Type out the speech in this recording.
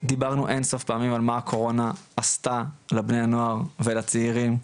דיברנו אינסוף פעמים על מה הקורונה עשתה לבני הנוער ולצעירים,